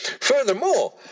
Furthermore